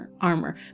armor